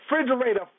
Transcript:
refrigerator